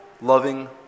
loving